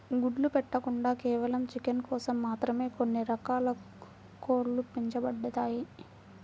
గుడ్లు పెట్టకుండా కేవలం చికెన్ కోసం మాత్రమే కొన్ని రకాల కోడ్లు పెంచబడతాయి